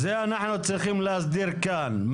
את זה אנחנו צריכים להסדיר כאן,